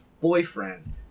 boyfriend